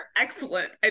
excellent